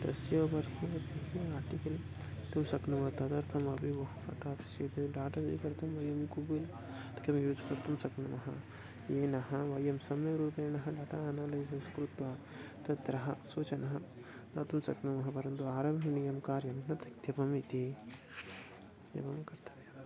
तस्य उपरिः तु आर्टिकल् तुं शक्नुमः तदर्थमपि बहु डाटा अपेक्सते इति डाटा स्वीकर्तुं वयं गूगुल् यत्किमपि यूस् कर्तुं शक्नुमः येनः वयं सम्यग्रूपेणः डाटा अनलिसिस् कृत्वा तत्र सूचना दातुं शक्नुमः परन्तु आरम्भणीयं कार्यं न त्यक्तव्यमिति एवं कर्तव्यम्